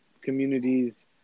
communities